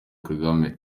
kagame